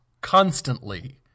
constantly